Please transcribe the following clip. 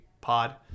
pod